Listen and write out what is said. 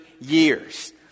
years